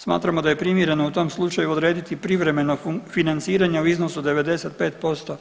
Smatramo da je primjereno u tom slučaju odrediti privremeno financiranje u iznosu od 95%